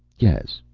yes.